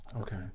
Okay